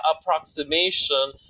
approximation